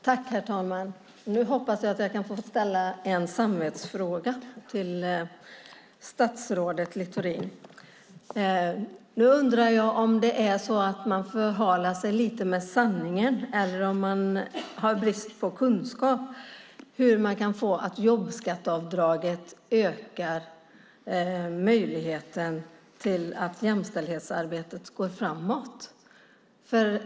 Herr talman! Nu hoppas jag att jag kan få ställa en samvetsfråga till statsrådet Littorin. Jag undrar om ni inte håller er till sanningen eller om ni har brist på kunskap. Hur kan ni få det till att jobbskatteavdraget ökar möjligheten till att jämställdhetsarbetet går framåt?